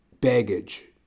baggage